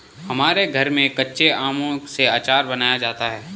हमारे घर में कच्चे आमों से आचार बनाया जाता है